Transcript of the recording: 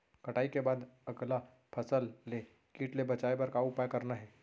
कटाई के बाद अगला फसल ले किट ले बचाए बर का उपाय करना हे?